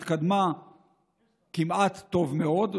התקדמה כמעט טוב מאוד,